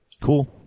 Cool